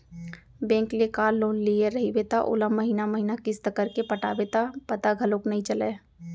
bank ले car loan लिये रइबे त ओला महिना महिना किस्त करके पटाबे त पता घलौक नइ चलय